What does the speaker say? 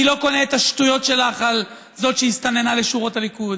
אני לא קונה את השטויות שלך על זאת שהסתננה לשורות הליכוד